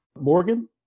Morgan